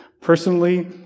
Personally